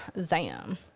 zam